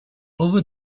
over